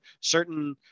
Certain